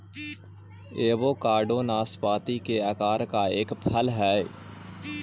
avocado नाशपाती के आकार का एक फल हई